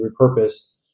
repurposed